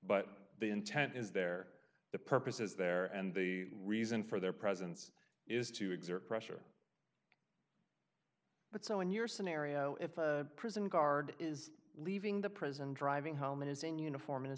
but the intent is there the purpose is there and the reason for their presence is to exert pressure but so in your scenario if a prison guard is leaving the prison driving home and is in uniform and